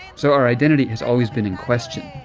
so our identity has always been in question.